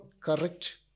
correct